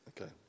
Okay